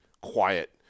quiet